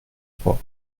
trois